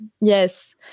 Yes